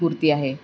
मूर्ती आहे